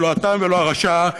לא התם ולא הרשע,